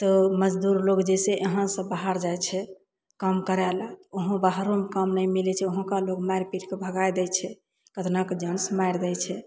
तऽ मजदूर लोग जैसे यहाँसँ बाहर जाइ छै काम करय लए वहाँ बाहरोमे काम नहि मिलय छै वहाँके लोग मारि पीटके भगाय दै छै केतनाके जानसँ मारि दै छै